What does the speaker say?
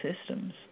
systems